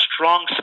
strong